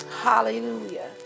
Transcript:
Hallelujah